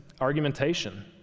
argumentation